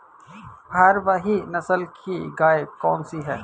भारवाही नस्ल की गायें कौन सी हैं?